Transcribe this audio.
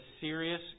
serious